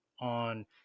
on